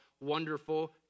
Wonderful